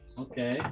Okay